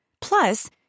Plus